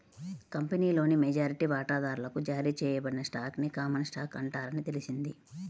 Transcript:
కంపెనీలోని మెజారిటీ వాటాదారులకు జారీ చేయబడిన స్టాక్ ని కామన్ స్టాక్ అంటారని తెలిసింది